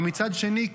ומצד שני,